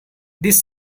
this